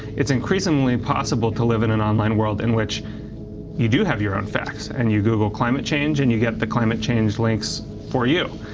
it's increasingly possible to live in an online world in which you do have your own facts, and you google climate change and you get the climate change links for you.